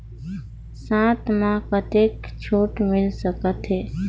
साथ म कतेक छूट मिल सकथे?